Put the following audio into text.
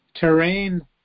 terrain